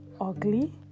ugly